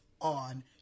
on